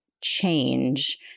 change